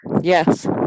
yes